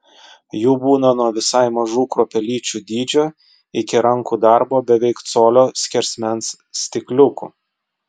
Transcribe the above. jų būna nuo visai mažų kruopelyčių dydžio iki rankų darbo beveik colio skersmens stikliukų